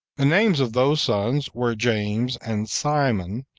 the names of those sons were james and simon,